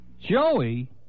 Joey